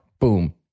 boom